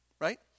right